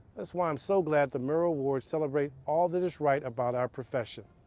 that's why i'm so glad the murrow awards celebrate all that is right about our profession,